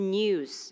news